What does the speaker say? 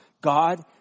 God